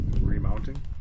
remounting